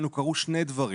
דהיינו קרו שני דברים,